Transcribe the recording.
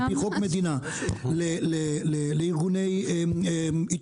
על פי חוק מדינה לארגוני התיישבות,